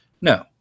no